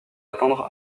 atteindre